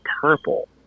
purple